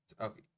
Okay